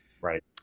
Right